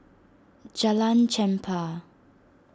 Jalan Chempah